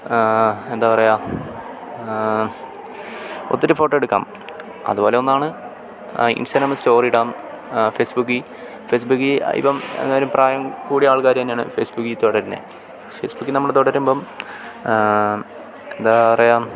എന്താ പറയുക ഒത്തിരി ഫോട്ടോ എടുക്കാം അതുപോലെ ഒന്നാണ് ഇൻസ്റ്റാഗ്രാമില് സ്റ്റോറി ഇടാം ഫേസ്ബുക്കിൽ ഫേസ്ബുക്കിൽ ഇപ്പം എല്ലാവരും പ്രായം കൂടിയ ആൾക്കാർ തന്നെയാണ് ഫേസ്ബുക്കിൽ തുടരുന്നത് ഫേസ്ബുക്കിൽ നമ്മൾ തുടരുമ്പം എന്താ പറയുക